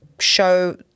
show –